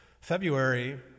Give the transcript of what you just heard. February